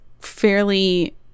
fairly